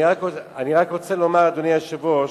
אני רק רוצה לומר, אדוני היושב-ראש,